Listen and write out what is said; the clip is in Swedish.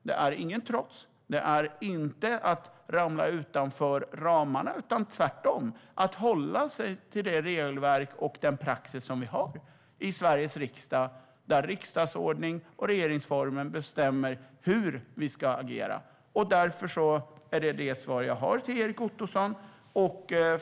Det är inte något trots eller att ramla utanför ramarna, utan det är tvärtom att hålla sig till det regelverk och den praxis som vi har i Sveriges riksdag. Där bestämmer riksdagsordningen och regeringsformen hur vi ska agera. Det är därför jag har gett detta svar till Erik Ottoson.